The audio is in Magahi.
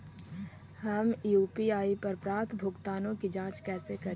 हम यु.पी.आई पर प्राप्त भुगतानों के जांच कैसे करी?